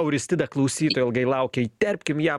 auristida klausytoja ilgai laukia įterpkim ją